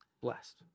blessed